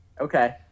Okay